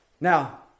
Now